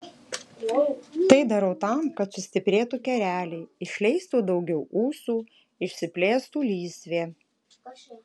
tai darau tam kad sustiprėtų kereliai išleistų daugiau ūsų išsiplėstų lysvė